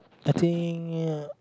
I think uh